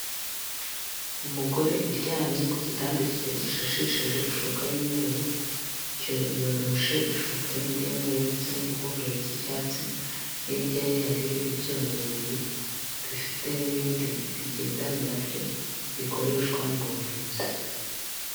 Umugore uryamye ku gitanda gishashishije ishuka y'umweru, yoroshe ishuka yindi y'umweru ndetse n'igikuvurori cy'icyatsi, hirya ye hariyo ibyuma bibiri bifite n'ibindi bigendana na byo bikoreshwa mu buvuzi.